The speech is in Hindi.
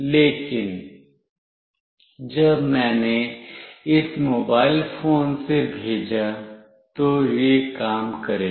लेकिन जब मैंने इस मोबाइल फोन से भेजा तो यह काम करेगा